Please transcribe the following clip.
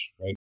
right